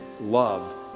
love